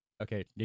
Okay